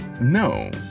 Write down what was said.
No